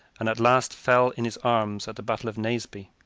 and at last fell in his arms at the battle of naseby.